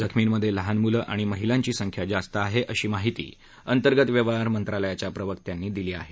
जखमींमध्ये लहान मुलं आणि महिलांची संख्या जास्त आहे अशी माहिती अंतर्गत व्यवहार मंत्रालयाच्या प्रवक्त्यांनी दिली आहे